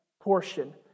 portion